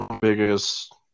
biggest